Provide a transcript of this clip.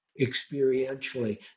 experientially